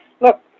look